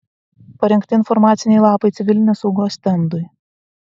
parengti informaciniai lapai civilinės saugos stendui